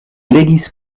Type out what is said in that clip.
legis